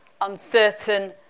uncertain